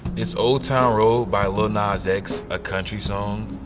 is old town road by lil nas x a country song?